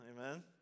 amen